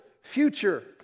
future